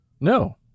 No